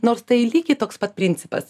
nors tai lygiai toks pat principas